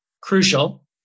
crucial